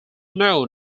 known